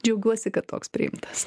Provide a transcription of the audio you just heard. džiaugiuosi kad toks priimtas